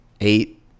eight